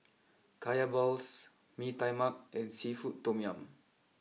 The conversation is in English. Kaya Balls Mee Tai Mak and Seafood Tom Yum